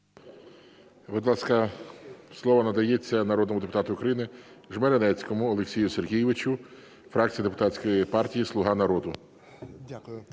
Дякую.